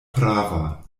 prava